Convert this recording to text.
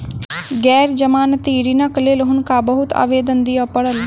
गैर जमानती ऋणक लेल हुनका बहुत आवेदन दिअ पड़ल